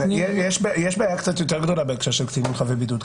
יש בעיה קצת יותר גדולה בהקשר של קטינים חבי בידוד,